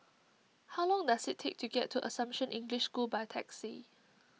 how long does it take to get to Assumption English School by taxi